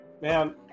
Man